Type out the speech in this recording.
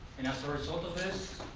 and as a result of this,